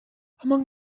among